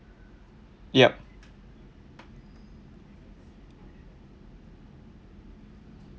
yup